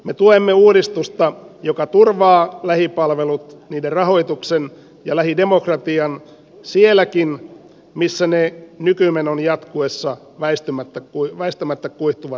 me tuemme uudistusta joka turvaa lähipalvelut niiden rahoituksen ja lähidemokratian sielläkin missä ne nykymenon jatkuessa väistämättä kuihtuvat pois